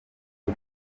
bwo